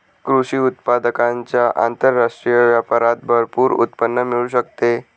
कृषी उत्पादकांच्या आंतरराष्ट्रीय व्यापारात भरपूर उत्पन्न मिळू शकते